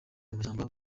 amashyamba